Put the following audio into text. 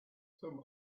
some